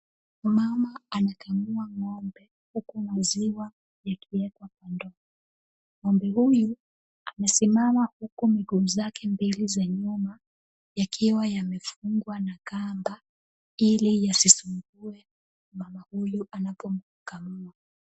Mama anakamua ng'ombe huku maziwa yakiwekwa kwa ndoo. Ng'ombe huyu amesimama huku miguu zake mbili za nyuma yakiwa yamefungwa na kamba ili yasisumbue anapo mkamua.